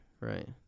right